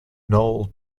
noel